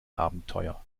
abenteuer